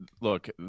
look